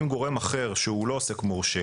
אם גורם אחר שהוא לא עוסק מורשה,